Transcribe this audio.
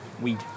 weed